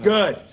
Good